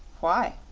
why?